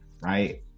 right